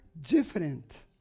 different